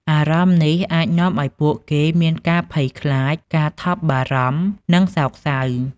អារម្មណ៍នេះអាចនាំឱ្យពួកគេមានការភ័យខ្លាច ការថប់បារម្ភ និងសោកសៅ។